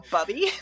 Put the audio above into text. Bubby